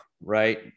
right